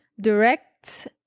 direct